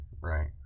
right